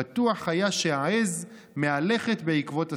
בטוח היה שהעז מהלכת בעקבות הסוס.